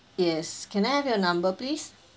yes can I have your number please